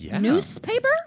newspaper